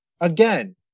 again